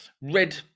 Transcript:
red